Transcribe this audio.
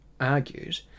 argued